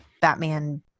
Batman